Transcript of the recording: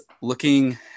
looking